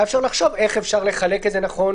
היה אפשר לחשוב איך אפשר לחלק את זה נכון,